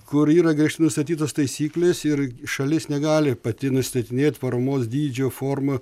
kur yra griežtai nustatytos taisyklės ir šalis negali pati nustatinėt paramos dydžio formą